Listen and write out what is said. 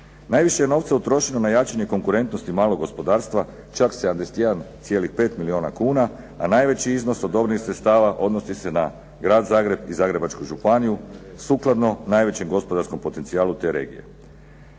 Najviše je novca utrošeno na jačanje konkurentnosti malog gospodarstva čak 71,5 milijuna kuna, a najveći iznos odobrenih sredstava odnosi se na Grad Zagreb i Zagrebačku županiju sukladno najvećem gospodarskom potencijalu te regije.